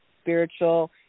spiritual